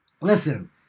Listen